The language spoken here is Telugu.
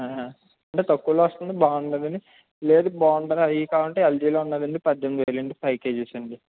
ఆ అంటే తక్కువలో వస్తుంది బాగుంటుందని లేదు బాగుండదు అది కావాలంటే ఎల్జీ లో ఉన్నదండి పద్దెనిమిది వేలండి ఫైవ్ కెేజెస్ అండి